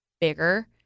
bigger